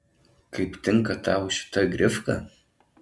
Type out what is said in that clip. kaip tinka tau šita grifka